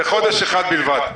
לחודש אחד בלבד.